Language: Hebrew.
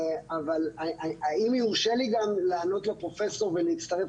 אם יורשה לי גם לענות לפרופסור ולהצטרף